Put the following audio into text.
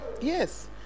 Yes